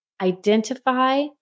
identify